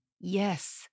Yes